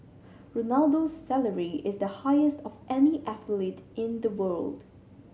Ronaldo's salary is the highest of any athlete in the world